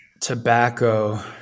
tobacco